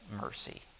mercy